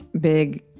big